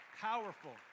Powerful